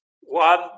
one